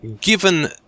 given